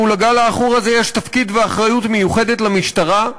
מול הגל העכור הזה יש תפקיד ואחריות מיוחדת למשטרה.